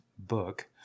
book